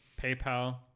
PayPal